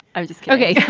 i'm just ok. yeah